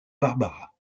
barbara